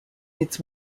its